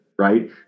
Right